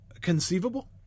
conceivable